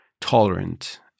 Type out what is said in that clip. tolerant